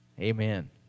Amen